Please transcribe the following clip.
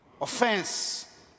Offense